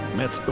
met